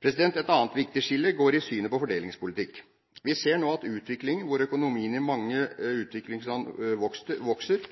Et annet viktig skille går i synet på fordelingspolitikk. Vi ser nå en utvikling hvor økonomien i mange utviklingsland vokser,